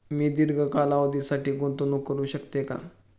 मी दीर्घ कालावधीसाठी गुंतवणूक करू शकते का?